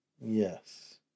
Yes